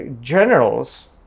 generals